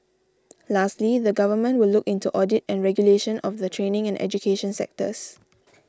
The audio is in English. lastly the Government will look into audit and regulation of the training and education sectors